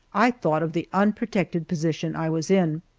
i thought of the unprotected position i was in.